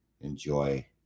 enjoy